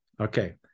Okay